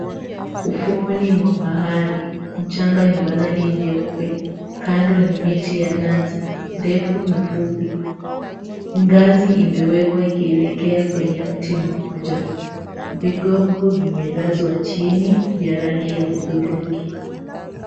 Ufuoni mwa bahari mchanga ni wa rangi nyeupe kando ni miti ya nazi ndefu na fupi, ngazi imewekwa ikielekea kwenye mti mmoja, vigongo vimelazwa chini vya rangi ya hudhurungi.